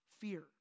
fear